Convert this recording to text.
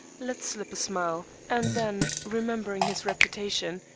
let slip a smile and then, remembering his reputation,